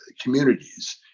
communities